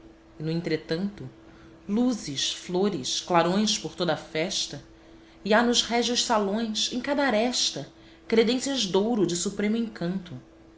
e no entretanto luzes flores clarões por toda a festa e há nos régios salões em cada aresta credências douro de supremo encanto